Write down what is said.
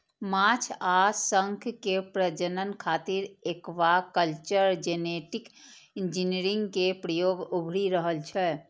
माछ आ शंख के प्रजनन खातिर एक्वाकल्चर जेनेटिक इंजीनियरिंग के प्रयोग उभरि रहल छै